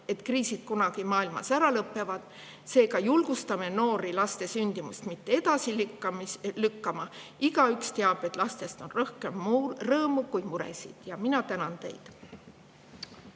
et kriisid maailmas kunagi ära lõpevad, seega julgustame noori laste sündimist edasi mitte lükkama. Igaüks teab, et lastest on rohkem rõõmu kui muresid. Mina tänan teid.